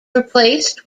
replaced